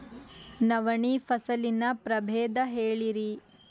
ನವಣಿ ಫಸಲಿನ ಪ್ರಭೇದ ಹೇಳಿರಿ